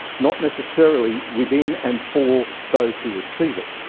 not necessarily within and for those who receive it.